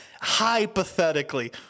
hypothetically